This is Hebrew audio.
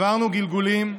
עברנו גלגולים,